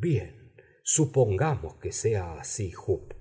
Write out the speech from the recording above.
bien supongamos que sea así jup